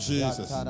Jesus